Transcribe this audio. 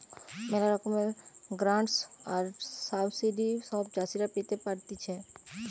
ম্যালা রকমের গ্রান্টস আর সাবসিডি সব চাষীরা পেতে পারতিছে